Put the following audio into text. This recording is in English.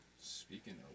Speaking